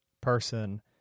person